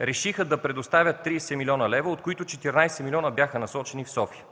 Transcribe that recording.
решиха да предоставят 30 млн. лв., от които 14 милиона бяха насочени в София.